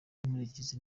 inkurikizi